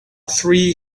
three